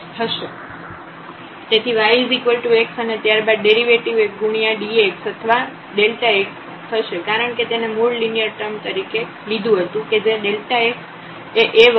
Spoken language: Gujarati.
તેથી y x અને ત્યારબાદ ડેરિવેટિવ 1 ગુણ્યા dx અથવા x થશે કારણકે તેને મૂળ લિનિયર ટર્મ તરીકે લીધું હતું કેજે x એ A વખત હતું